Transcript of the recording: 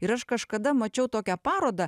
ir aš kažkada mačiau tokią parodą